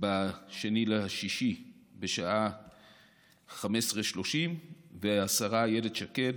ב-2 ביוני בשעה 15:30, השרה איילת שקד,